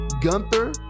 Gunther